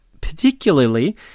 particularly